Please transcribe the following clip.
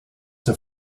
have